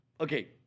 Okay